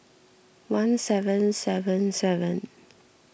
one seven seven seven